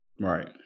Right